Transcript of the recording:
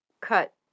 cut